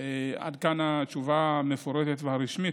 עד כאן התשובה המפורטת והרשמית.